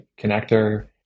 connector